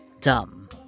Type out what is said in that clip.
Dumb